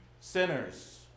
sinners